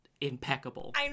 impeccable